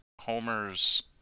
Homer's